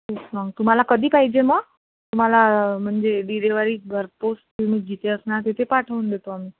तेच ना तुम्हाला कधी पाहिजे मग तुम्हाला म्हणजे डिलेवरी भरपूर तुम्ही जिथे असणार तिथे पाठवून देतो आम्ही